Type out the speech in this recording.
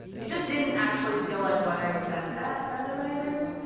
it just didn't actually feel like what i was best at as a writer.